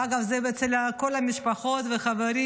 ואגב, זה אצל כל המשפחות והחברים.